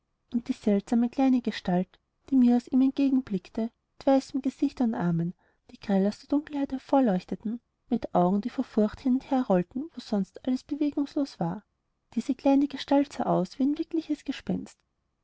und die seltsame kleine gestalt die mir aus ihm entgegenblickte mit weißem gesicht und armen die grell aus der dunkelheit hervorleuchteten mit augen die vor furcht hin und herrollten wo sonst alles bewegungslos war diese kleine gestalt sah aus wie ein wirkliches gespenst